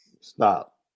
Stop